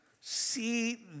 see